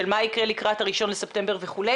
של מה יקרה לקראת ה-1 בספטמבר וכו'.